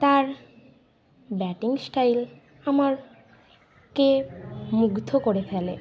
তার batting style আমাকে মুগ্ধ করে ফেলে